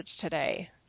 today